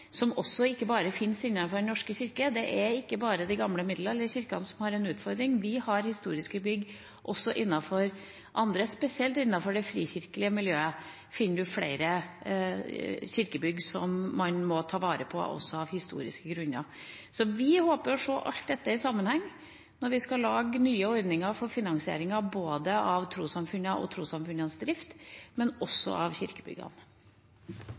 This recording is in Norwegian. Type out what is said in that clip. som ikke bare finnes innenfor Den norske kirke. Det er ikke bare med de gamle middelalderkirkene vi har en utfordring, vi har historiske bygg også innenfor andre miljøer. Spesielt innenfor det frikirkelige miljøet finnes det flere kirkebygg som man må ta vare på, også av historiske grunner. Vi håper å se alt dette i sammenheng når vi skal lage nye ordninger for finansieringen av trossamfunnene og trossamfunnenes drift, men også av kirkebyggene.